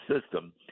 system